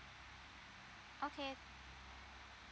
okay